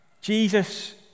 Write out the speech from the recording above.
Jesus